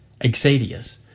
Exadius